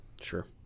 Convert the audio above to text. sure